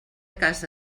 casa